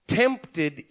tempted